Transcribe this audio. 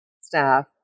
staff